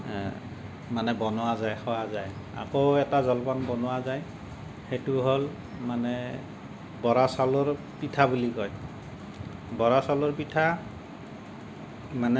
মানে বনোৱা যায় খোৱা যায় আকৌ এটা জলপান বনোৱা যায় সেইটো হ'ল মানে বৰা চাউলৰ পিঠা বুলি কয় বৰা চাউলৰ পিঠা মানে